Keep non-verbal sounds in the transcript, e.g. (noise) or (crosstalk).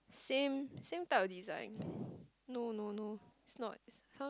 same same type of design (breath) no no no it's not it's some